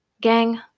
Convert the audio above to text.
Gang